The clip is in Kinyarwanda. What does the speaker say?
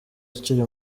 akiri